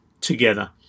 together